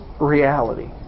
reality